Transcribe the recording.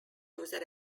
user